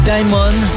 Diamond